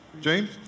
James